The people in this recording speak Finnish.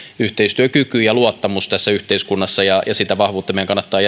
yhteistyökyky ja luottamus tässä yhteiskunnassa ja sitä vahvuutta meidän kannattaa